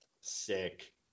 Sick